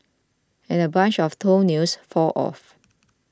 and a bunch of toenails fall off